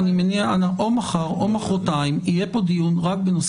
או מחר או מחרתיים יהיה פה דיון רק בנושא